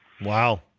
Wow